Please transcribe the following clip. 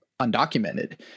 undocumented